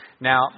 now